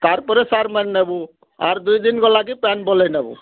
ତାର୍ପରେ ସାର୍ ମାରିନେବୁ ଆର୍ ଦୁଇ ଦିନ୍ ଗଲାକି ପାଏନ୍ ବଲେଇନେବୁ